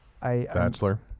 Bachelor